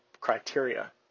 criteria